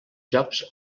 jocs